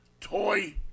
toy